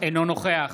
אינו נוכח